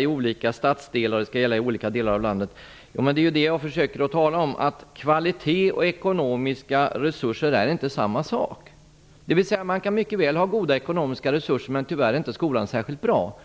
i olika stadsdelar och i olika delar av landet. Det är vad jag försöker att tala om. Kvalitet och ekonomiska resurser är inte samma sak. Man kan mycket väl ha goda ekonomiska resurser utan att skolan är särskilt bra.